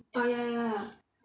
err ya ya ya ya